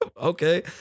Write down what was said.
Okay